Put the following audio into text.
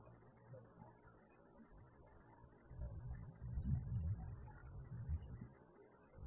எனவே எப்படி முதலில் நாம் Ly λy மற்றும் Ax λx ஐ பொது மேட்ரிக்ஸ் A இல் வைக்க முயற்சிப்போம்